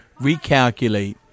recalculate